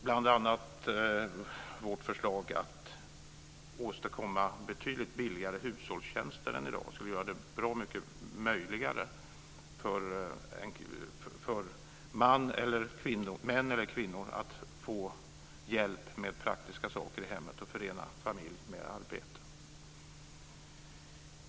Bl.a. skulle vårt förslag om att åstadkomma betydligt biligare hushållstjänster än i dag göra det mer möjligt för män eller kvinnor att få hjälp med praktiska saker i hemmet och förena familj med arbete.